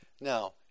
Now